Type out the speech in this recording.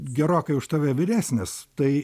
gerokai už tave vyresnis tai ir